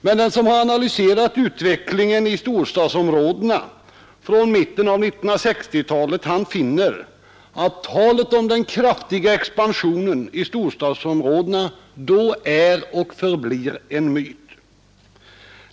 Men den som har analyserat utvecklingen i storstadsområdena från mitten av 1960-talet finner att talet om den kraftiga expansionen i storstadsområdena är och förblir en myt.